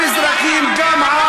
גם אנחנו אזרחים, עם.